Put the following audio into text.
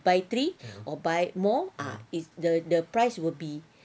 buy three or buy more ah is the the price will be